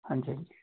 ਹਾਂਜੀ ਹਾਂਜੀ